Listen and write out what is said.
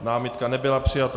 Námitka nebyla přijata.